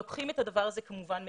לוקחים את הדבר הזה כמובן מאליו.